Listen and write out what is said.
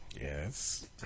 Yes